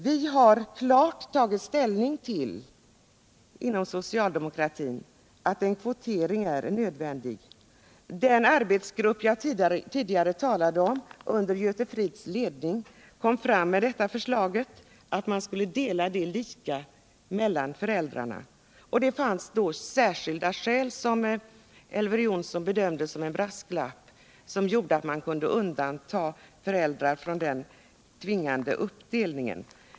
Vi har inom socialdemokratin klart tagit ställning till att en kvotering är nödvändig. Den arbetsgrupp under Göte Fridhs ledning som jag tidigare talade om kom fram med förslaget att ledigheten skulle delas lika mellan föräldrarna. Det fanns då särskilda skäl —- som Elver Jonsson bedömde som brasklappar - som gjorde att man kunde undanta föräldrar från denna tvingande uppdelning.